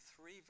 three